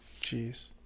Jeez